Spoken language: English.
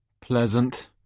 Pleasant